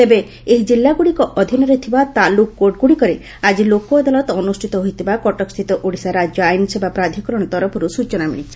ତେବେ ଏହି ଜିଲ୍ଲାଗୁଡ଼ିକ ଅଧୀନରେ ଥିବା ତାଲୁକ କୋର୍ଟଗୁଡ଼ିକରେ ଆଜି ଲୋକ ଅଦାଲତ ଅନୁଷ୍ବିତ ହୋଇଥିବା କଟକସ୍ଥିତ ଓଡ଼ିଶା ରାଜ୍ୟ ଆଇନ୍ସେବା ପ୍ରାଧିକରଣ ତରଫରୁ ସୂଚନା ମିଳିଛି